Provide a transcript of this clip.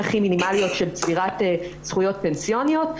הכי מינימליות של צבירת זכויות פנסיוניות,